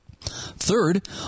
Third